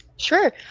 Sure